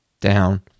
Down